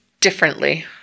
differently